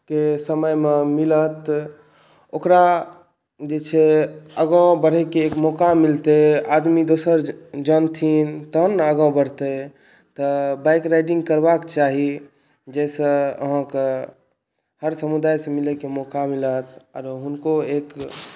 के समयमे मिलत ओकरा जे छै आगाँ बढ़ैके एक मौका मिलतै आदमी दोसर जानथिन तहन ने आगाँ बढ़तै तऽ बाइक राइडिंग करबाके चाही जाहिसँ अहाँके हर समुदाय से मिलै कऽ मौका मिलत आरो हुनको एक